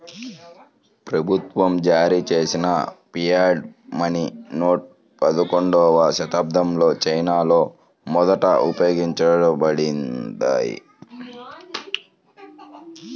ప్రభుత్వం జారీచేసిన fiat money నోట్లు పదకొండవ శతాబ్దంలో చైనాలో మొదట ఉపయోగించబడ్డాయి